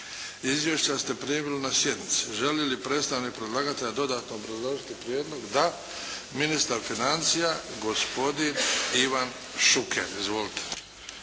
Izvješća ste primili na sjednici. Želi li predstavnik predlagatelja dodatno obrazložiti prijedlog? Da. Ministar financija, gospodin Ivan Šuker. Izvolite.